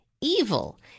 evil